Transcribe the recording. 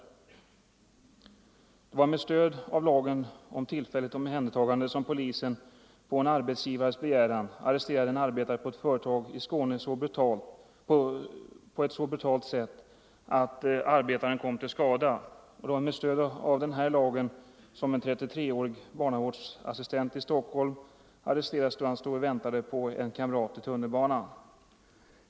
Det var med stöd av lagen om tillfälligt omhändertagande som polisen, på en arbetsgivares begäran, arresterade en arbetare på ett företag i Skåne på ett så brutalt sätt, att arbetaren kom till skada, och det var med stöd av den här lagen som en 33-årig barnavårdsassistent i Stockholm arresterades då han stod och väntade på en kamrat i tunnelbanan.